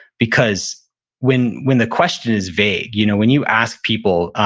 because when when the question is vague, you know when you ask people,